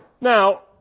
Now